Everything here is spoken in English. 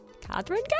Catherine